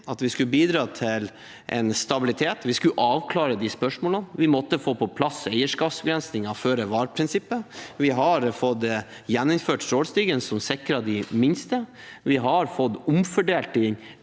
at vi skulle bidra til en stabilitet, vi skulle avklare disse spørsmålene, og vi måtte få på plass eierskapsbegrensninger med tanke på føre-var-prinsippet. Vi har fått gjeninnført trålstigen, som sikrer den minste flåten. Vi har fått omfordelt de